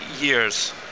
years